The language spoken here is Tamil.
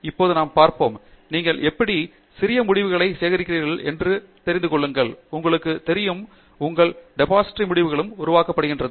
இப்போது நாம் பார்ப்போம் நீங்கள் எப்படி சிறிய முடிவுகளை சேகரிக்கிறீர்கள் என்று தெரிந்து கொள்ளுங்கள் உங்களுக்குத் தெரியும் உங்கள் டெபாசிட்டரி முடிவுகளை உருவாக்குகிறது